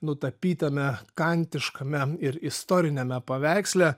nutapytame kantiškame ir istoriniame paveiksle